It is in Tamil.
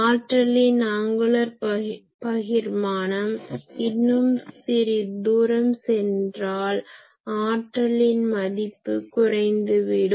ஆற்றலின் ஆங்குலர் பகிர்மானம் இன்னும் சிறிது தூரம் சென்றால் ஆற்றலின் மதிப்பு குறைந்து விடும்